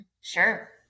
Sure